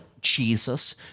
Jesus